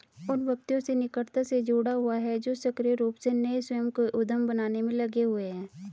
उन व्यक्तियों से निकटता से जुड़ा हुआ है जो सक्रिय रूप से नए स्वयं के उद्यम बनाने में लगे हुए हैं